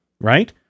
right